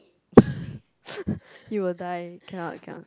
you will die cannot cannot